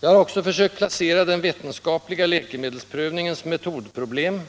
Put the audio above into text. Jag har också försökt placera den vetenskapliga läkemedelsprövningens metodproblem